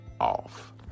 off